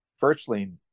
virtually